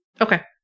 okay